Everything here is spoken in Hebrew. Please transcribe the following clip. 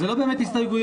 אלו לא באמת הסתייגויות,